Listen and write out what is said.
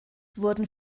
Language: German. wurden